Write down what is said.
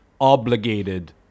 obligated